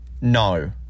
No